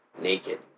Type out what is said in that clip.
Naked